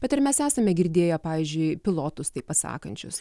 bet ir mes esame girdėję pavyzdžiui pilotus tai pasakančius